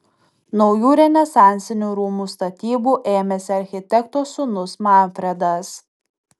naujų renesansinių rūmų statybų ėmėsi architekto sūnus manfredas